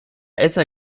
eta